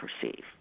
perceive